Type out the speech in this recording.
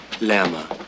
Lama